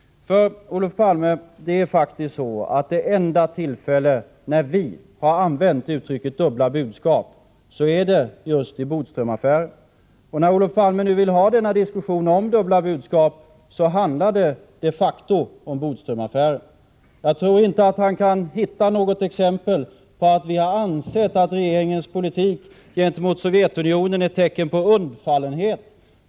Det är faktiskt så, Olof Palme, att det enda tillfälle då vi har använt uttrycket dubbla budskap är just i Bodströmaffären. När Olof Palme vill ha denna diskussion om dubbla budskap handlar det de facto om Bodströmaffären. Jag tror inte att han kan hitta något exempel på att vi sagt att regeringens politik gentemot Sovjetunionen visar tecken på ”undfallenhet”.